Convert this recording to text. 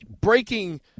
breaking